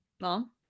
Mom